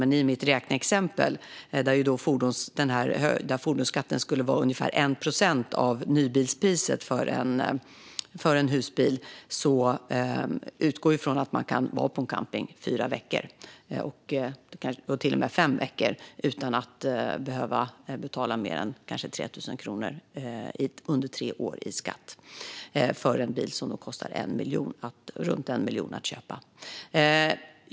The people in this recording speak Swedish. Men i mitt räkneexempel, där den höjda fordonsskatten skulle vara ungefär 1 procent av nybilspriset för en husbil, utgår vi från att man kan vara på en camping i fyra veckor - till och med fem veckor - utan att behöva betala mer än kanske 3 000 kronor under tre år i skatt för en bil som kostar runt 1 miljon att köpa.